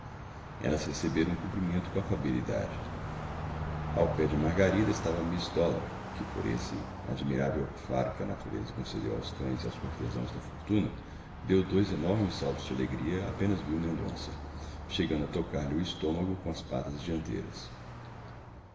elas receberam o cumprimento com afabilidade ao pé de margarida estava miss dollar que por esse admirável faro que a natureza concedeu aos cães e aos cortesãos da fortuna deu dois saltos de alegria apenas viu mendonça chegando a tocar-lhe o estômago com as patas dianteiras